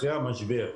אחרי המשבר,